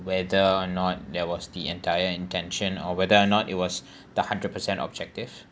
whether or not there was the entire intention or whether or not it was the hundred percent objective